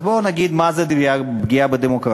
אז בואו נגיד מה זה פגיעה בדמוקרטיה.